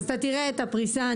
אתה תראה את הפריסה.